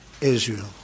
Israel